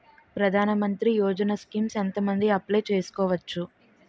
ప్రధాన మంత్రి యోజన స్కీమ్స్ ఎంత మంది అప్లయ్ చేసుకోవచ్చు?